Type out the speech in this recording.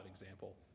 example